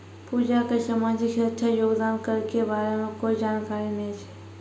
पूजा क सामाजिक सुरक्षा योगदान कर के बारे मे कोय जानकारी नय छै